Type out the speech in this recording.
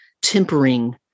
tempering